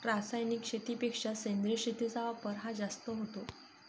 रासायनिक शेतीपेक्षा सेंद्रिय शेतीचा वापर हा जास्त होतो